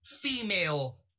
female